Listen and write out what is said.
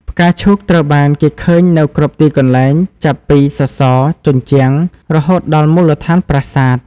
ផ្កាឈូកត្រូវបានគេឃើញនៅគ្រប់ទីកន្លែង ចាប់ពី សសរ ជញ្ជាំង រហូតដល់មូលដ្ឋានប្រាសាទ។